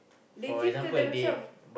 they keep to themselves